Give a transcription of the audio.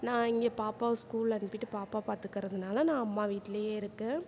நான் இங்கே பாப்பாவை ஸ்கூல் அனுப்பிட்டு பாப்பாவை பார்த்துக்கறதுனால நான் அம்மா வீட்லேயே இருக்கேன்